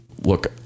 look